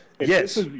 Yes